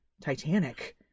titanic